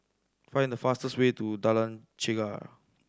find the fastest way to Jalan Chegar